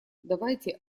давайте